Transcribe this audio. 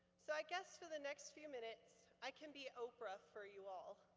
so i guess for the next few minutes i can be oprah for you all.